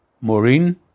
Maureen